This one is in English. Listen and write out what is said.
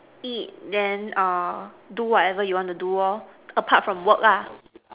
eat then err do whatever you want to do all apart from work lah